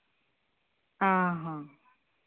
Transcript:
ᱚᱻ ᱦᱚᱸ